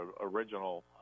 original